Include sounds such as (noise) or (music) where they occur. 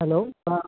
hello (unintelligible)